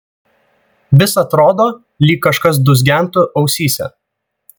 vis atrodo lyg kažkas dūzgentų ausyse